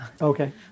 Okay